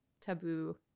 taboo